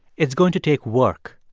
it's going to take work.